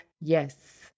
yes